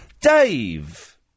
Dave